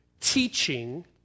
teaching